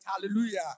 hallelujah